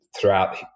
throughout